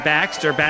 Baxter